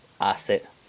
asset